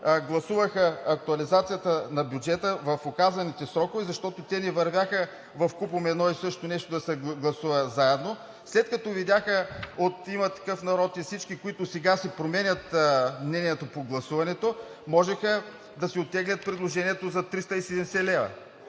гласуваха актуализацията на бюджета в оказаните срокове, защото те не вървяха вкупом – едно и също нещо да се гласува заедно, след като видяха от „Има такъв народ“ и всички, които сега си променят мнението по гласуването, можеха да си оттеглят предложението за 370 лв.